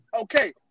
Okay